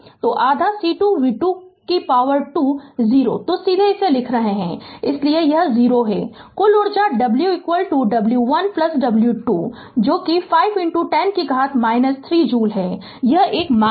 तो आधा C2 v22 0 तो सीधे इसे लिख रहे हैं इसलिए 0 है कुल ऊर्जा w w 1 w 2 जो कि 5 10 कि घात 3 जूल है यह एक मान है